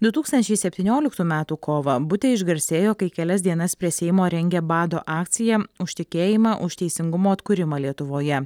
du tūkstančiai septynioliktų metų kovą butė išgarsėjo kai kelias dienas prie seimo rengė bado akciją už tikėjimą už teisingumo atkūrimą lietuvoje